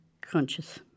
conscious